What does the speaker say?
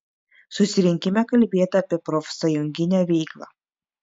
susirinkime kalbėta apie profsąjunginę veiklą